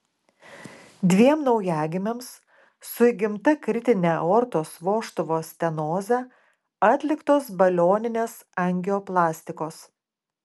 dviem naujagimiams su įgimta kritine aortos vožtuvo stenoze atliktos balioninės angioplastikos